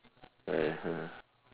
mmhmm